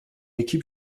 équipe